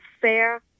fair